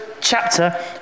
chapter